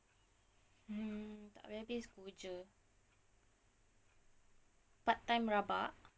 mm tak habis-habis go jer part time rabak